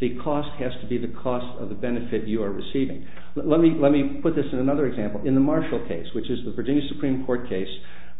the cost has to be the cost of the benefit you are receiving let me let me put this another example in the marshall case which is the producer clean court case